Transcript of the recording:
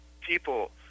people